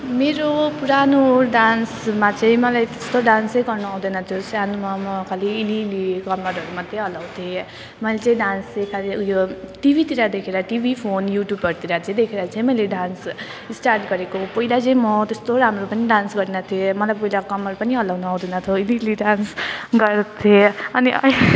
मेरो पुरानो डान्समा चाहिँ मलाई त्यस्तो डान्सै गर्न आउँदैनथ्यो सानोमा म खालि अलिअलि कम्मरहरू मात्र हल्लाउँथेँ मैले चाहिँ डान्स चाहिँ खालि उयो टिभीतिर देखेर टिभी फोन युट्युबहरूतिर चाहिँ देखेर चाहिँ मैले डान्स स्टार्ट गरेको हो पहिला चाहिँ म त्यस्तो राम्रो पनि डान्स गर्दिनथेँ मलाई पहिला कम्मर पनि हल्लाउन आउँदैनथ्यो अलिअलि डान्स गर्थेँ अनि